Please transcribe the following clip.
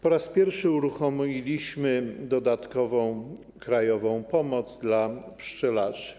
Po raz pierwszy uruchomiliśmy dodatkową krajową pomoc dla pszczelarzy.